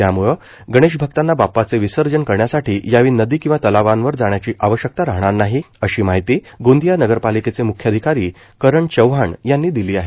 त्यामुळं गणेश भक्तांना बाप्पांचे विसर्जन करण्यासाठी यावेळी नदी किंवा तलावांवर जाण्याची आवश्यकता राहणार नाही अशी माहिती गोंदिया नगरपालिकेचे मुख्याधिकारी करण चव्हाण यांनी दिली आहे